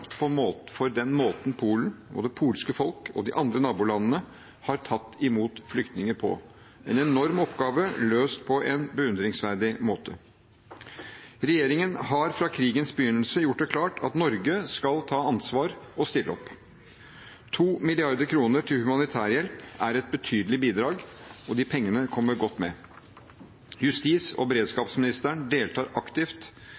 for den måten Polen og det polske folk – og de andre nabolandene – har tatt imot flyktninger på. Det er en enorm oppgave, løst på en beundringsverdig måte. Regjeringen har fra krigens begynnelse gjort det klart at Norge skal ta ansvar og stille opp. 2 mrd. kr til humanitær hjelp er et betydelig bidrag, og de pengene kommer godt med. Justis- og